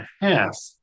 half